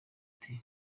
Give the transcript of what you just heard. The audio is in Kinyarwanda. ati